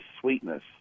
sweetness